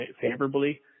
favorably